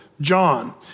John